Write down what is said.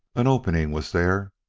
an opening was there,